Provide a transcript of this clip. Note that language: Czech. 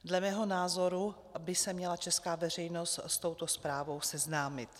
Dle mého názoru by se měla česká veřejnost s touto zprávou seznámit.